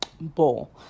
bowl